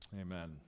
amen